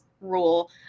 rule